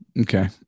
okay